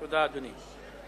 תודה, אדוני.